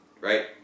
right